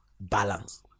balance